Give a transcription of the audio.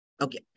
Okay